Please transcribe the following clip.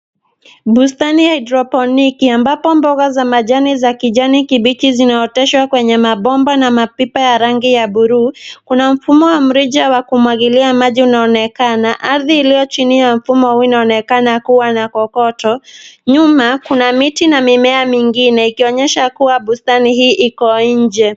Bustani ya haidroponiki ambapo mboga za majani za kijani kibichi zinaoteshwa kwenye mabomba na mapipa ya rangi ya buluu. Kuna mfumo wa mrija wa kumwagilia maji unaonekana. Ardhi iliyo chini ya mfumo huu inaonekana kuwa na kokoto. Nyuma, kuna miti na mimea mingine ikionyesha kuwa bustani hii iko nje.